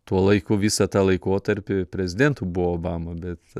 tuo laiku visą tą laikotarpį prezidentu buvo obama bet